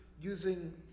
using